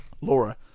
Laura